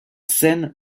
seine